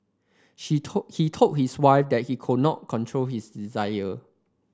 she told he told his wife that he could not control his desire